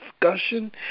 discussion